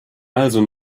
also